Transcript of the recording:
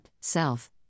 self